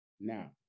now